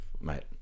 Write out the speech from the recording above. Mate